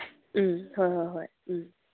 ꯎꯝ ꯍꯣꯏ ꯍꯣꯏ ꯍꯣꯏ ꯎꯝ